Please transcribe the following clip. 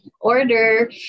order